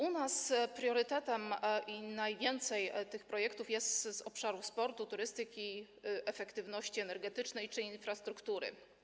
U nas priorytetem jest czy najwięcej tych projektów jest z obszaru sportu, turystyki, efektywności energetycznej czy infrastruktury.